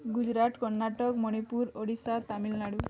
Gujarat Karnataka Manipur Odisha Tamil Nadu